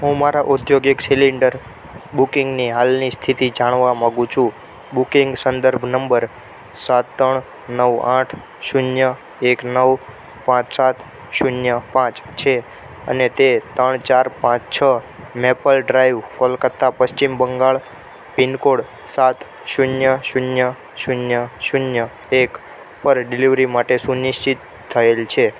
હું મારા ઔદ્યોગિક સિલેન્ડર બુકિંગની હાલની સ્થિતિ જાણવા માંગું છું બુકિંગ સંદર્ભ નંબર સાત ત્રણ નવ આઠ શૂન્ય એક નવ પાંચ સાત શૂન્ય પાંચ છે અને તે ત્રણ ચાર પાંચ છ મેપલ ડ્રાઈવ કોલકત્તા પશ્ચિમ બંગાળ પીનકોડ સાત શૂન્ય શૂન્ય શૂન્ય શૂન્ય એક પર ડિલીવરી માટે સુનિશ્ચિત થયેલ છે